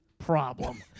problem